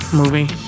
movie